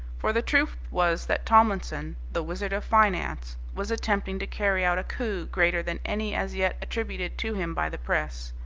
for the truth was that tomlinson, the wizard of finance, was attempting to carry out a coup greater than any as yet attributed to him by the press.